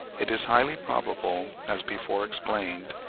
it is highly probable, as before explained,